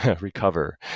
recover